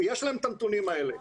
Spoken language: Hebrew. ויש להם את הנתונים האלה,